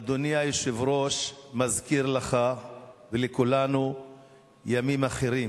אדוני היושב-ראש, מזכיר לך ולכולנו ימים אחרים,